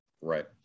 Right